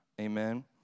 Amen